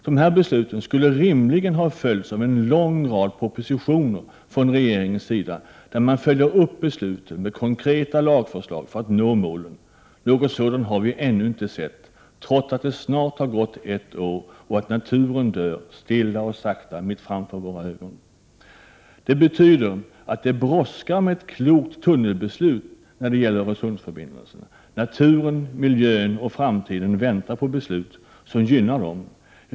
Dessa beslut skulle rimligen ha följts av en lång rad propositioner från regeringen, där man följer upp besluten med konkreta lagförslag för att nå målen. Något sådant har vi ännu inte sett, trots att det snart har gått ett år och trots att naturen dör stilla och sakta mitt framför våra ögon. Det betyder att det brådskar med ett klokt tunnelbeslut i fråga om Öresundsförbindelserna. Naturen, miljön och framtiden väntar på beslut som gynnar dem.